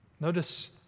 notice